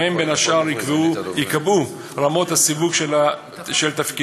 ובהן בין השאר ייקבעו רמות הסיווג של תפקידים